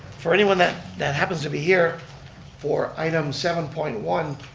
for anyone that that happens to be here for item seven point one,